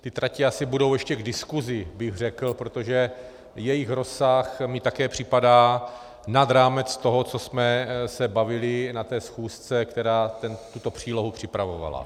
Ty tratě budou ještě k diskusi, bych řekl, protože jejich rozsah mi také připadá nad rámec toho, co jsme se bavili na té schůzce, která tuto přílohu připravovala.